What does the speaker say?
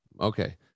Okay